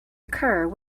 occur